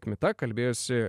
kmita kalbėjosi